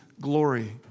glory